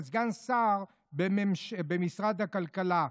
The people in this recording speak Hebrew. לסגן שר במשרד הכלכלה".